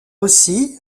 aussi